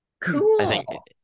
Cool